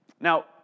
Now